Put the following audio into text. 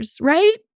right